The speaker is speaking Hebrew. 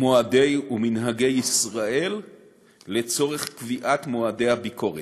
מועדי ומנהגי ישראל לצורך קביעת מועדי הביקורת,